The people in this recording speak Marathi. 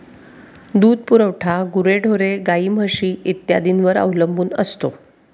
दूध पुरवठा गुरेढोरे, गाई, म्हशी इत्यादींवर अवलंबून असतो